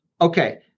Okay